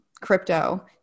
crypto